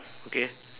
okay